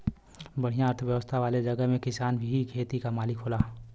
बढ़िया अर्थव्यवस्था वाले जगह में किसान ही खेत क मालिक होला